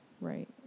right